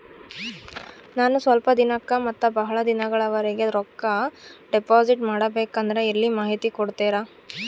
ನಾನು ಸ್ವಲ್ಪ ದಿನಕ್ಕ ಮತ್ತ ಬಹಳ ದಿನಗಳವರೆಗೆ ರೊಕ್ಕ ಡಿಪಾಸಿಟ್ ಮಾಡಬೇಕಂದ್ರ ಎಲ್ಲಿ ಮಾಹಿತಿ ಕೊಡ್ತೇರಾ?